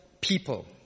people